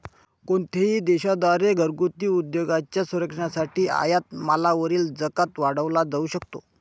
कोणत्याही देशा द्वारे घरगुती उद्योगांच्या संरक्षणासाठी आयात मालावरील जकात वाढवला जाऊ शकतो